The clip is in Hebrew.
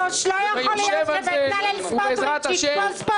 לא ייתכן שבצלאל סמוטריץ יתפוס פה את כל